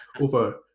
over